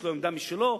יש לו עמדה משלו,